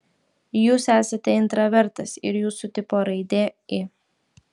jūs esate intravertas ir jūsų tipo raidė i